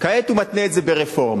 כעת הוא מתנה את זה ברפורמה.